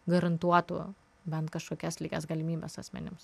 garantuotų bent kažkokias lygias galimybes asmenims